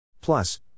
Plus